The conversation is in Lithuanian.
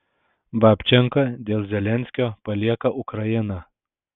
babčenka dėl zelenskio palieka ukrainą